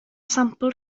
sampl